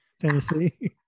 Tennessee